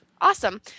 Awesome